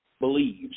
believes